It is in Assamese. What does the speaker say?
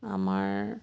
আমাৰ